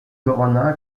corona